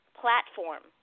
platform